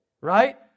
right